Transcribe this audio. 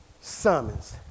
Summons